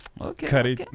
okay